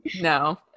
no